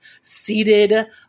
seated